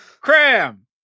Cram